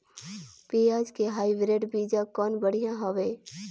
पियाज के हाईब्रिड बीजा कौन बढ़िया हवय?